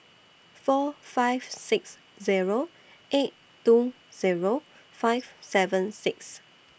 four five six Zero eight two Zero five seven six